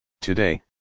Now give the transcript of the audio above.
Today